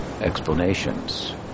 explanations